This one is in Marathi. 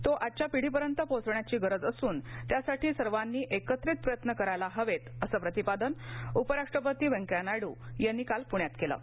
तो आजच्या पिढीपर्यंत पाहोचवण्याची गरज असून त्यासाठी सर्वांनी एकत्रित प्रयत्न करायला हवत्तअसं प्रतिपादन उपराष्ट्रपती व्यंकय्या नायडू यांनी काल प्ण्यात कलि